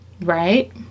Right